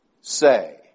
say